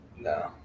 No